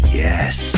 yes